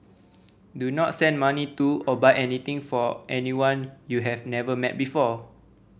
do not send money to or buy anything for anyone you have never met before